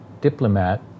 diplomat